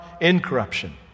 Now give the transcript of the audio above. incorruption